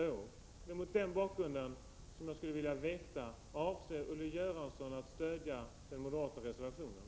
Det är mot den bakgrunden jag skulle vilja veta om Olle Göransson avser att stödja den moderata reservationen.